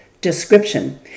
description